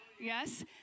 Yes